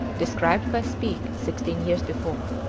described by speke sixteen years before.